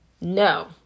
No